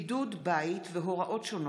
(בידוד בית והוראות שונות)